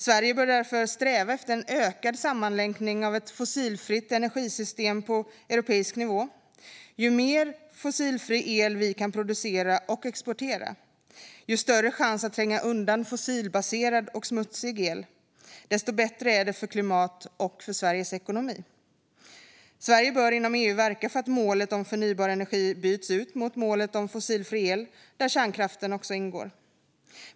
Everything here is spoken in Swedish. Sverige bör därför sträva efter en ökad sammanlänkning av ett fossilfritt energisystem på europeisk nivå. Ju mer fossilfri el vi kan producera och exportera, desto större chans att tränga undan fossilbaserad och smutsig el och desto bättre är det för klimatet och Sveriges ekonomi. Sverige bör inom EU verka för att målet om förnybar energi byts mot målet om fossilfri el, där också kärnkraften ingår.